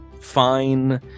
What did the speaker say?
fine